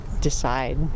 decide